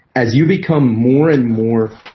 as you become more and more.